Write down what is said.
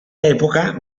època